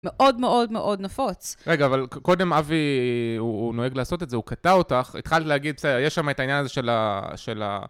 מאוד מאוד מאוד נפוץ. רגע, אבל ק-קודם אבי, הוא נוהג לעשות את זה, הוא קטע אותך, התחלתי להגיד, בסדר, יש שם את העניין הזה של ה... של ה...